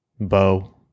Bo